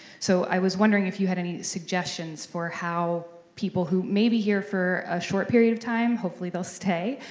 so i was wondering if you had any suggestions for how people who may be here for a short period of time, hopefully they'll stay,